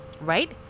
right